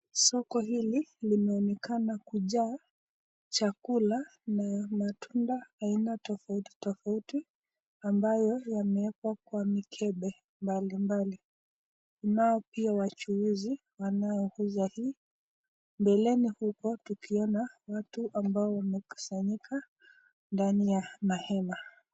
Soko hili linaonekana kujaa chakula na mtunda aina tofautitofauti ambayo yameekwa kwa mikebe mbalimbali, kunao pia wachuuzi wanaouza humu, mbeleni huko tukiona watu ambao wamekusanyika ndani ya mahema.